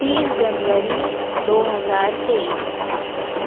तीस जनवरी दो हज़ार तेईस